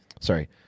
Sorry